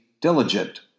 diligent